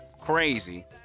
crazy